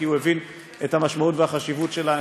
כי הוא הבין את המשמעות והחשיבות שלה.